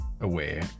aware